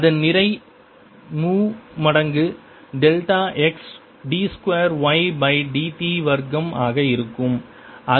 அதன் நிறை மு மடங்கு delta x d 2 y by dt வர்க்கம் ஆக இருக்கும்